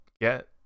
get